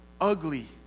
ugly